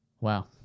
Wow